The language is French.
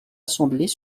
assemblés